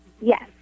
Yes